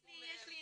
התעלמו מהם?